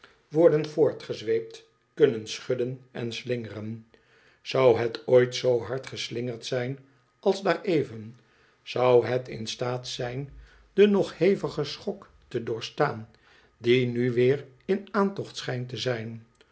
worden voortgezweept kunnen schudden en slingeren zou het ooit zoo hard geslingerd zijn als daar even zou het in staat zijn den nog heviger schok te doorstaan die nu weer in aantocht schijnt te zijn